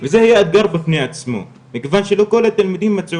וזה היה אתגר בפני עצמו מכיוון שלא כל הילדים לא מצאו